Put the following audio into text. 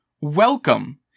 welcome